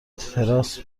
تراس